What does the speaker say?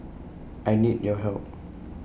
I need your help